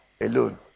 alone